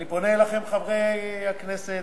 אני פונה אליכם, חברי הכנסת,